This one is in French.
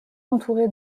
entourée